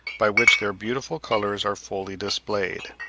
by which their beautiful colours are fully displayed.